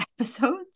episodes